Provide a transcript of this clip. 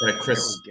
Chris